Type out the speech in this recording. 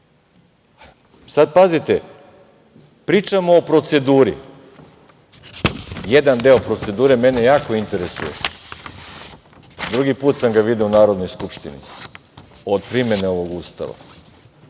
mi. Sad pazite, pričamo o proceduri. Jedan deo procedure mene jako interesuje. Drugi put sam ga video u Narodnoj skupštini, od primene ovog Ustava,